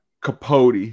Capote